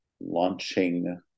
launching